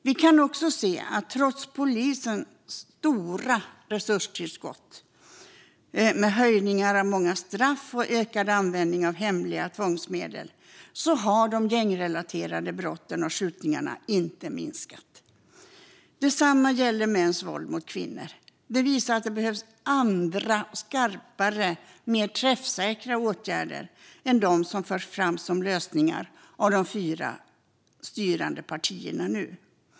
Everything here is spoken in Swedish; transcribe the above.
Vi kan också se att trots polisens stora resurstillskott, höjningar av många straff och ökad användning av hemliga tvångsmedel har gängrelaterade brott och skjutningar inte minskat. Detsamma gäller mäns våld mot kvinnor. Det visar att det behövs andra, skarpare och mer träffsäkra åtgärder än de som nu förs fram som lösningar av de fyra styrande partierna.